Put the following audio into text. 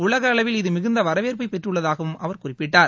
உலக அளவில் இது மிகுந்த வரவேற்பை பெற்றுள்ளதாகவும் அவர் குறிப்பிட்டார்